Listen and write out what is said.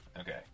Okay